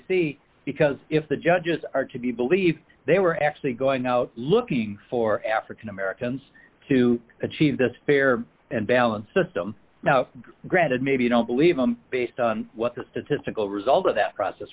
see because if the judges are to be believed they were actually going out looking for african americans to achieve that fair and balanced them now granted maybe you don't believe them based on what the typical result of that process